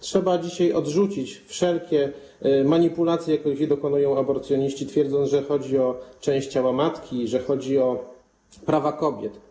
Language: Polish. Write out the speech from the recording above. Trzeba dzisiaj odrzucić wszelkie manipulacje, jakich dokonują aborcjoniści, twierdząc, że chodzi o część ciała matki, że chodzi o prawa kobiet.